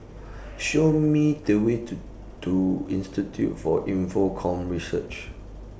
Show Me The Way to to Institute For Infocomm Research